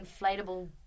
inflatable